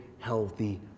healthy